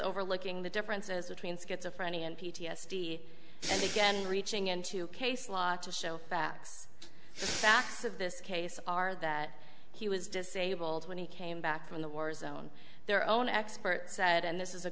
overlooking the differences between schizophrenia and p t s d and again reaching into case law to show facts facts of this case are that he was disabled when he came back from the war zone their own expert said and this is a